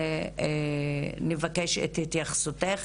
נבקש את התייחסותך